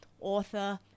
author